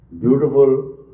beautiful